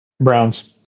Browns